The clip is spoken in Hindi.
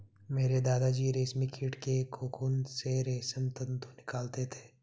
मेरे दादा जी रेशमी कीट के कोकून से रेशमी तंतु निकालते थे